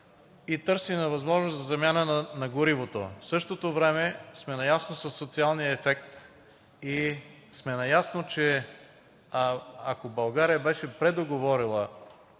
и търсене на възможност за замяна на горивото. В същото време сме наясно със социалния ефект и сме наясно, че ако България беше предоговорила